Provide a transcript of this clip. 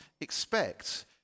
expect